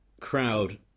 crowd